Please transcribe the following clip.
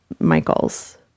Michael's